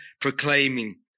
proclaiming